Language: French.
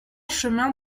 chemin